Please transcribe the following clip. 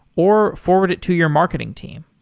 or forward it to your marketing team.